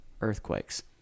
earthquakes